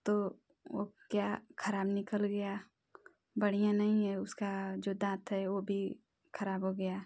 तो वह क्या ख़राब निकल गया बढ़िया नहीं है उसके जो दाँत हैं वह भी ख़राब हो गए